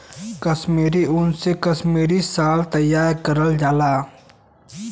कसमीरी उन से कसमीरी साल तइयार कइल जाला